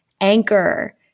Anchor